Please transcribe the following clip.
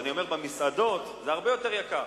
אז אני אומר: במסעדות זה הרבה יותר יקר.